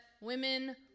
women